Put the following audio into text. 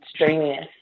streaminess